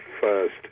first